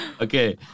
Okay